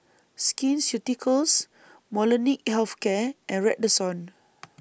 Skin Ceuticals Molnylcke Health Care and Redoxon